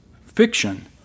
fiction